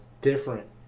different